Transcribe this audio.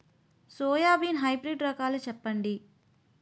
Soybean hybrid రకాలను చెప్పండి?